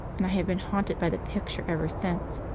and i have been haunted by the picture ever since.